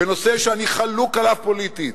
בנושא שאני חלוק עליו פוליטית,